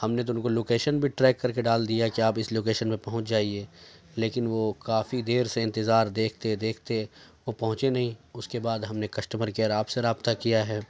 ہم نے تو ان کو لوکیشن بھی ٹریک کر کے ڈال دیا کہ آپ اس لوکیشن پہ پہنچ جائیے لیکن وہ کافی دیر سے انتظار دیکھتے دیکھتے وہ پہنچے نہیں اس کے بعد ہم نے کسٹمر کیئر آپ سے رابطہ کیا ہے